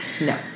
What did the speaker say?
No